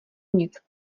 nic